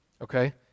okay